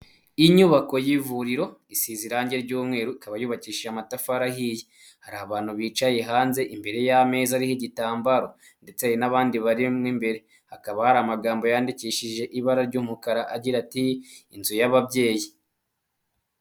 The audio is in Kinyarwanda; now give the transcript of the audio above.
Inyubako y'ivuriro isize irangi ry'umweru ikaba yubakishije amatafari ahiye, hari abantu bicaye hanze imbere y'ameza ariho igitambaro, ndetse hari n'abandi barimo imbere hakaba hari amagambo yandikishije ibara ry'umukara agira ati:"inzu y'ababyeyi".